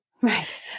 Right